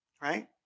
Right